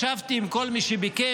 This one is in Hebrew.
ישבתי עם כל מי שביקש,